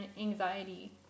anxiety